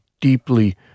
deeply